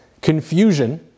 confusion